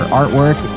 artwork